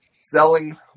selling